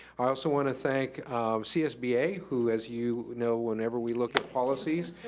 i also want to thank csba, who as you know, whenever we look at policies,